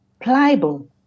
Pliable